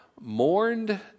mourned